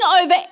over